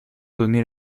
donner